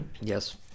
Yes